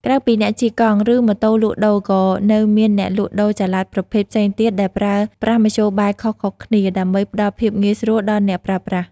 ក្រៅពីអ្នកជិះកង់ ឬម៉ូតូលក់ដូរ ក៏នៅមានអ្នកលក់ដូរចល័តប្រភេទផ្សេងទៀតដែលប្រើប្រាស់មធ្យោបាយខុសៗគ្នា ដើម្បីផ្តល់ភាពងាយស្រួលដល់អ្នកប្រើប្រាស់។